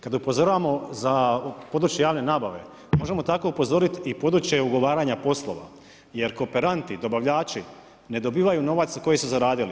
Kada upozoravamo za područje javne nabave, možemo tako upozoriti i područje ugovaranja poslova jer kooperanti, dobavljači ne dobivaju novac koji su zaradili.